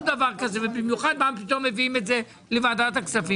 דבר כזה ובמיוחד מה פתאום מביאים את זה לוועדת הכספים